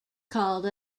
called